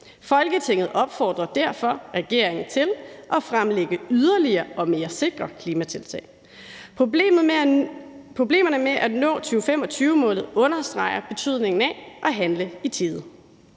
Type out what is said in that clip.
Folketinget opfordrer derfor regeringen til at fremlægge yderligere og mere sikre klimatiltag. Problemerne med at nå 2025-målet understreger betydningen af at handle i tide.